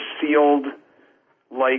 sealed-like